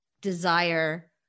desire